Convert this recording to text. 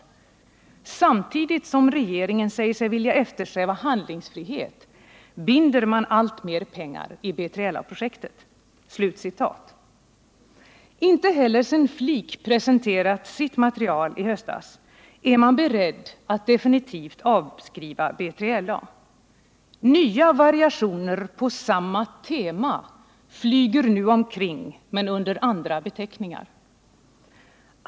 Man framhöll vidare: ”Samtidigt som man från regeringens sida säger sig vilja eftersträva handlingsfrihet binds i själva verket mer pengar i B3LA-projektet.” Inte heller sedan FLIK presenterat sitt material i höstas är man beredd att definitivt avskriva BILA. Nya variationer på samma tema flyger nu omkring men under andra beteckningar.